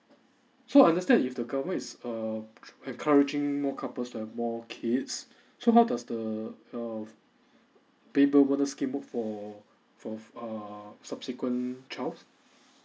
so understand if the government is uh tr~ encouraging more couples to have more kids so how does the err baby bonus scheme work for for err subsequent child